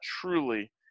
truly